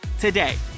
Today